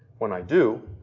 when i do,